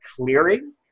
clearing